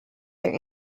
their